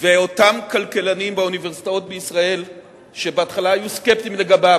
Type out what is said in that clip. ואותם כלכלנים באוניברסיטאות בישראל שבהתחלה היו סקפטיים לגביו,